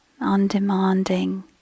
undemanding